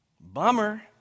Bummer